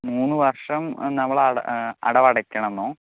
മൂന്ന് വർഷം നമ്മൾ അടവ് അടവടക്കണമെന്നോ